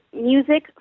music